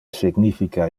significa